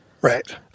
Right